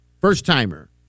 First-timer